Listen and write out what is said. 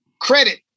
Credit